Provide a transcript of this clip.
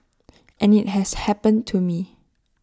and IT has happened to me